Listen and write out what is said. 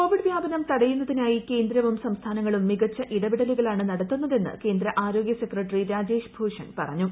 Covid വ്യാപനം തടയുന്നതിനായി കേന്ദ്രവും സംസ്ഥാനങ്ങളും മികച്ച ഇടപെടലുകളാണ് നടത്തുന്നതെന്ന് കേന്ദ്ര ആരോഗൃ സെക്രട്ടറി രാജേഷ് ഭൂഷൺ പറഞ്ഞു